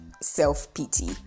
self-pity